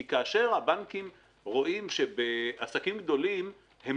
כי כאשר הבנקים רואים שבעסקים גדולים הם